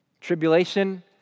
Tribulation